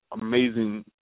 amazing